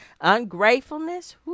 ungratefulness